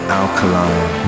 alkaline